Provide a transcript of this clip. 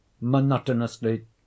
monotonously